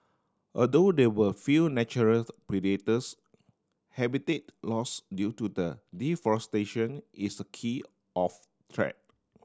although they were few naturals predators habitat loss due to deforestation is a key of threat